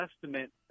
Testament